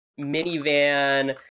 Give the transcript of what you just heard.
minivan